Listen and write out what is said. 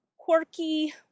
quirky